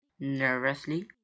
Nervously